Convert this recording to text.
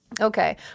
Okay